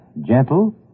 gentle